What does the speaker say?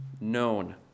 known